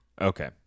Okay